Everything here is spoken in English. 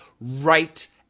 right